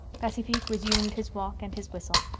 pacifique resumed his walk and his whistle.